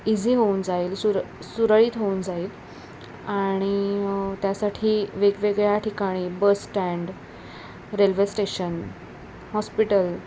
easy होऊन जाईल सुर सुरळीत होऊन जाईल आणि त्यासाठी वेगवेगळ्या ठिकाणी बसस्टँड रेल्वे स्टेशन हॉस्पिटल